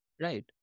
Right